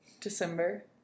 December